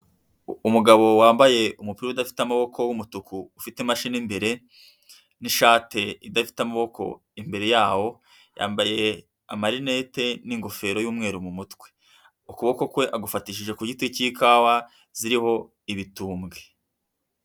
Umugabo wambaye umupira udafite amaboko w'umutuku ufite imashini imbere n'ishati idafite amaboko imbere yawo, yambaye amarinete n'ingofero y'umweru mu mutwe, ukuboko kwe agufatishije ku giti cy'ikawa ziriho ibitumbwe.